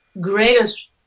greatest